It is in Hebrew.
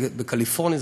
בקליפורניה.